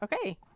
Okay